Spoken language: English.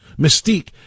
mystique